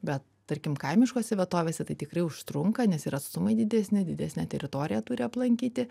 bet tarkim kaimiškose vietovėse tai tikrai užtrunka nes ir atstumai didesni didesnę teritoriją turi aplankyti